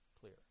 clear